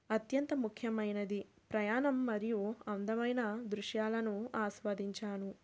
అత్యంత ముఖ్యమైనది ప్రయాణం మరియు అందమైన దృశ్యాలను ఆస్వాదించాను